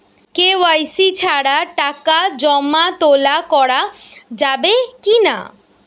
KYC ছাড়া টাকা জমা তোলা করা যাবে কি না?